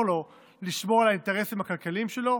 לו לשמור על האינטרסים הכלכליים שלו,